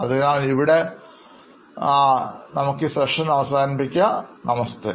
അതിനാൽ നമ്മൾ ഇവിടെ നിർത്തുന്നു നമസ്തേ